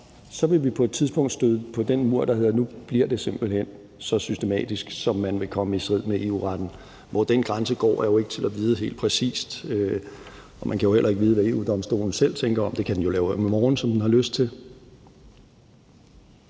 Så vil vi på et tidspunkt støde på den mur, der hedder, at nu bliver det simpelt hen så systematisk, så man vil komme i strid med EU-retten. Hvor den grænse går, er jo ikke til at vide helt præcist, og man kan jo heller ikke vide, hvad EU-Domstolen selv tænker om det. Det kan den jo lave om i morgen, som den har lyst til.